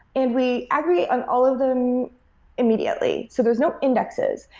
and we aggregate on all of them immediately. so there's no indexes.